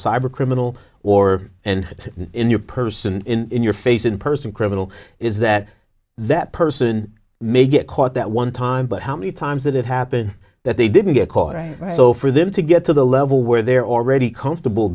cyber criminal or and in your person in your face in person criminal is that that person may get caught that one time but how many times that it happened that they didn't get caught i so for them to get to the level where they're already comfortable